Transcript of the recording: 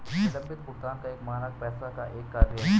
विलम्बित भुगतान का मानक पैसे का एक कार्य है